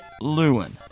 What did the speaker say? Lewin